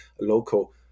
local